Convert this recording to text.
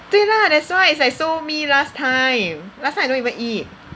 对 lah that's why it's like so me last time last time I don't even eat